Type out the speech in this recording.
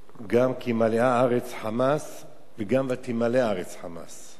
גם "כי מלאה הארץ חמס" וגם "ותִמלא הארץ חמס".